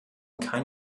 kein